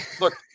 look